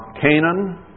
Canaan